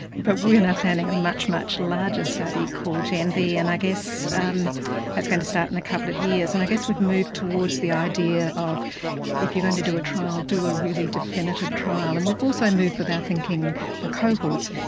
but we and are now planning a much, much larger study called gen v, and i guess um that's going to start in a couple of years, and i guess we've moved towards the idea of if you're going to do a trial, do a really definitive trial. and we've also moved with our thinking for cohorts.